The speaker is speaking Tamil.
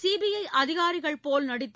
சிபிஐ அதிகாரிகள்போல் நடித்து